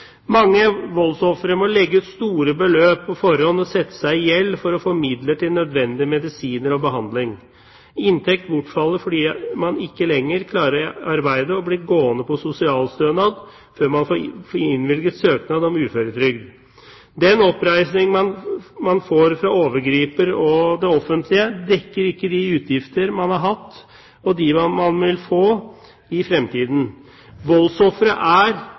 Mange voldsofre må legge ut store beløp på forhånd og sette seg i gjeld for å få midler til nødvendige medisiner og behandling. Inntekt bortfaller fordi man ikke lenger klarer å arbeide og blir gående på sosialstønad før man får innvilget søknad om uføretrygd. Den oppreisning man får fra overgriper og det offentlige, dekker ikke de utgifter man har hatt, og de man vil få i fremtiden. Voldsofferet er